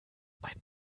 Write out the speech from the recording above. mein